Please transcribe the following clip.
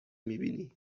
میبینی